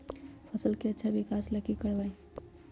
फसल के अच्छा विकास ला की करवाई?